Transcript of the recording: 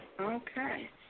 Okay